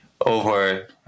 over